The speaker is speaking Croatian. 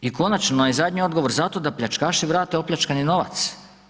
I konačno je zadnji odgovor zato da pljačkaši vrate opljačkani novac.